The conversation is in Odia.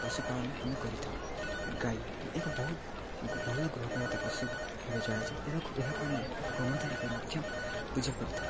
ପଶୁପାଳନ ଆମେ କରିଥାଉ ଗାଈ ଏହା ବହୁତ ଭଲ ଗୃହପାଳିତ ପଶୁ ଭାବେ ଜଣାଯଏ ଏହାକୁ ଏହାକୁ ଆମେ ଗୋମତା ରୂପେ ମଧ୍ୟ ପୂଜା କରିଥାଉ